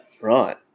right